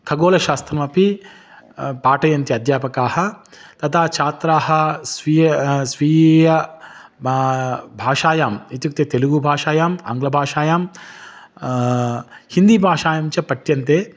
खगोलशास्त्रमपि पाठयन्ति अध्यापकाः तथा छात्राः स्वीय स्वीय बा भाषायाम् इत्युक्ते तेलुगुभाषायाम् आङ्ग्लभाषायां हिन्दीभाषायां च पठ्यन्ते